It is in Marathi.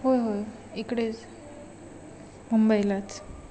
होय होय इकडेच मुंबईलाच